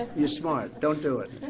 you're smart. don't do it.